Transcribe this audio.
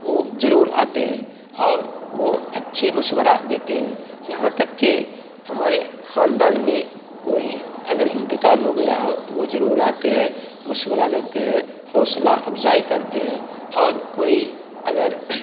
وہ ضرور آتے ہیں اور وہ اچھی مشورہ دیتے ہیں یہاں تک کہ ہمارے خاندان میں کوئی اگر انتقال ہو گیا ہو تو وہ ضرور آتے ہیں مشورہ دیتے ہیں حوصلہ افزائی کرتے ہیں اور کوئی اگر